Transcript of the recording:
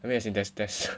I mean as in there's there's